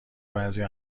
بعضی